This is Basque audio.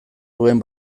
duen